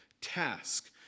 task